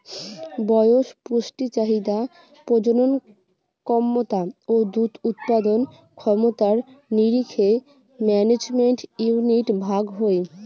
বয়স, পুষ্টি চাহিদা, প্রজনন ক্যমতা ও দুধ উৎপাদন ক্ষমতার নিরীখে ম্যানেজমেন্ট ইউনিট ভাগ হই